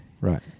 Right